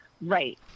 right